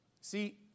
See